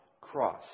cross